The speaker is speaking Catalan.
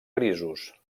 grisos